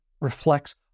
reflects